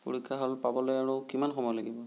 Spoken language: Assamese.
পৰীক্ষা হল পাবলৈ আৰু কিমান সময় লাগিব